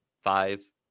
five